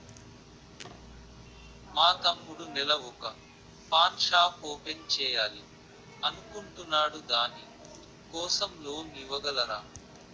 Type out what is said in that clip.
మా తమ్ముడు నెల వొక పాన్ షాప్ ఓపెన్ చేయాలి అనుకుంటునాడు దాని కోసం లోన్ ఇవగలరా?